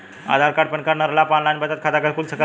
आधार card PAN card न रहला पर आन लाइन बचत खाता खुल सकेला का?